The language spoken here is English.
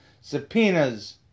subpoenas